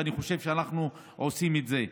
ואני חושב שאנחנו עושים את זה.